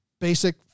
basic